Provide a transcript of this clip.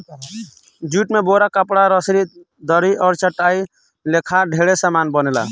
jute से बोरा, कपड़ा, रसरी, दरी आ चटाई लेखा ढेरे समान बनेला